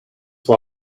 why